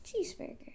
cheeseburger